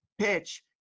PITCH